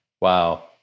Wow